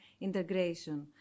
integration